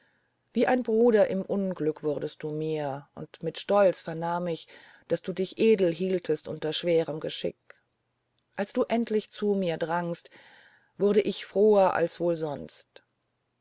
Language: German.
wie ein bruder im unglück wurdest du mir und mit stolz vernahm ich daß du dich edel hieltest unter schwerem geschick als du endlich zu uns drangst wurde ich froher als wohl sonst